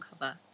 cover